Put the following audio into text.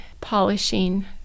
polishing